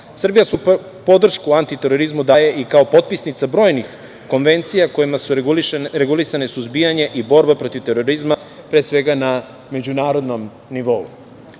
svoju podršku anti terorizmu daje i kao potpisnica brojnih konvencija kojima su regulisane suzbijanje i borba protiv terorizma, pre svega na međunarodnom nivou.